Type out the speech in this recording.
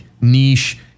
niche